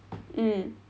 mm